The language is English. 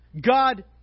God